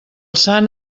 sant